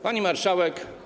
Pani Marszałek!